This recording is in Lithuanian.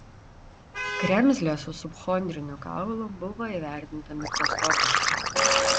kremzlė su subchondriniu kaulu buvo įvertinta mikroskopiškai